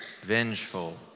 vengeful